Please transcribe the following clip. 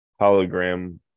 hologram